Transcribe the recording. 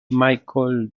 michael